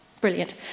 Brilliant